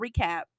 recap